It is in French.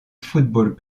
football